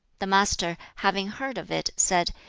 the master, having heard of it, said,